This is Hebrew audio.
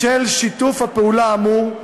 בשל שיתוף הפעולה האמור,